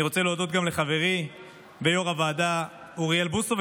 אני גם רוצה להודות לחברי יו"ר הוועדה אוריאל בוסו.